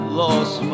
lost